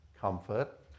comfort